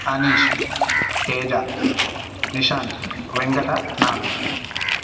अनीशः तेजः निशान्तः वेङ्कटः नागु